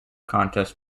contest